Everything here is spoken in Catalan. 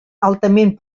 altament